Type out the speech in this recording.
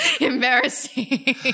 embarrassing